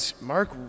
Mark